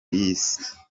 y’isi